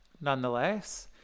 Nonetheless